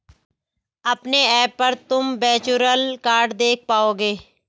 अपने ऐप पर तुम वर्चुअल कार्ड देख पाओगे